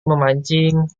memancing